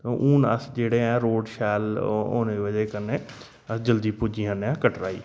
हून अस जेहड़े ऐ रोड़ शैल होने दी बजह कनै अस जल्दी पुज्जी जन्ने आं कटरा